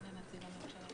נציג הממשלה פה?